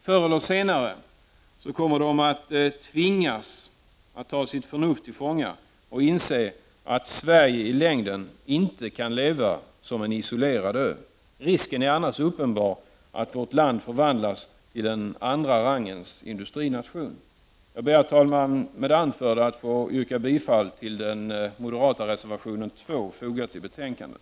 Förr eller senare kommer de att tvingas att ta sitt förnuft till fånga och inse att Sverige i längden inte kan leva som en isolerad ö. Risken är uppenbar att vårt land annars förvandlas till en andra rangens industrination. Herr talman! Jag ber med det anförda att få yrka bifall till den moderata reservationen 2 som är fogad till betänkandet.